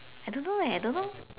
I don't know leh I don't know